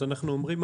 אז אנחנו אומרים,